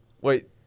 Wait